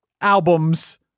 albums